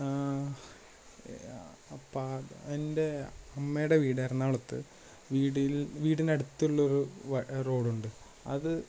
അപ്പം എന്റെ അമ്മയുടെ വീട് എറണാകുളത്ത് വീടില് വീടിനടുത്തുള്ള ഒരു വ റോഡ് ഉണ്ട് അത്